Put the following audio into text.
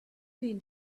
been